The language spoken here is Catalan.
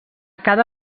cada